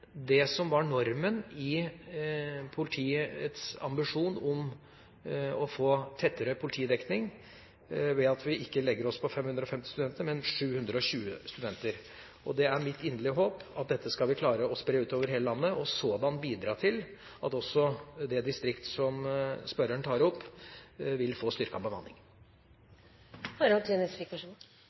det som var normen i politiets ambisjon om å få tettere politidekning, ved at vi ikke tar opp 550 studenter, men 720 studenter. Det er mitt inderlige håp at disse skal vi klare å spre utover hele landet – og sådan bidra til at også det distriktet som Nesvik spør om, vil få